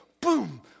boom